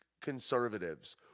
conservatives